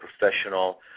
professional